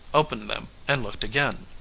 opened them and looked again.